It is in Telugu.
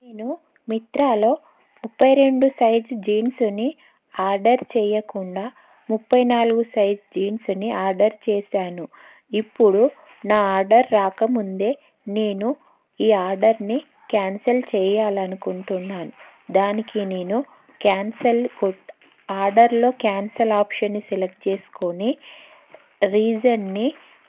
నేను మిత్రాలో ముప్పై రెండు సైజు జీన్సుని ఆర్డర్ చెయ్యకుండా ముప్పై నాలుగు సైజు జీన్స్ని ఆర్డర్ చేశాను ఇప్పుడు నా ఆర్డర్ రాకముందే నేను ఈ ఆర్డర్ని క్యాన్సిల్ చెయ్యాలి అనుకుంటున్నాను దానికి నేను క్యాన్సిల్ ఆర్డర్లో క్యాన్సిల్ ఆప్షన్ని సెలెక్ట్ చేసుకోని రీజన్ని